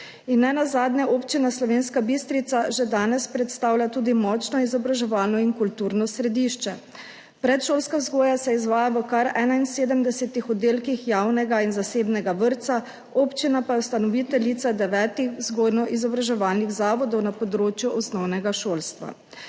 Nenazadnje Občina Slovenska Bistrica že danes predstavlja tudi močno izobraževalno in kulturno središče. Predšolska vzgoja se izvaja v kar 71 oddelkih javnega in zasebnega vrtca, občina pa je ustanoviteljica devetih vzgojno-izobraževalnih zavodov na področju osnovnega šolstva.